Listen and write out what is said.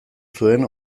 zuen